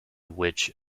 which